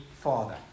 father